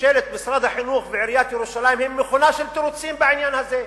משרד החינוך ועיריית ירושלים הם מכונה של תירוצים בעניין הזה.